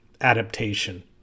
adaptation